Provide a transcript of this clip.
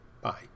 Bye